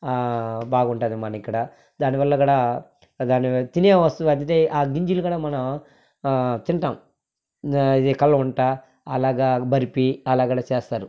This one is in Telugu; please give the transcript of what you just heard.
బాగుంటుంది మన ఇక్కడ దాని వల్ల కూడా దాని తినేవస్తువు అయితే ఆ గింజలు కూడా మనం తింటాం ఇది కలవుంట అలాగ బర్ఫీ అలా కూడా చేస్తారు